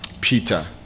Peter